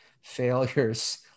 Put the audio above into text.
failures